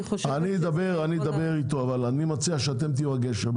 אני אדבר עם שר המשפטים אבל אני מציע שאתם תהיו הגשר.